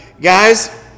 Guys